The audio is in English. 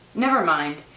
never mind,